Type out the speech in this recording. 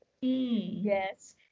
Yes